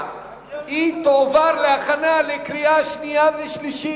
והיא תועבר להכנה לקריאה שנייה וקריאה שלישית,